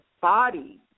body